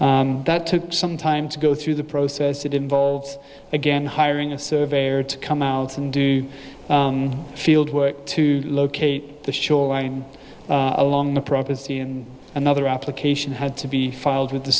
site that took some time to go through the process it involves again hiring a surveyor to come out and do field work to locate the shoreline along the property and another application had to be filed with the